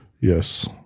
Yes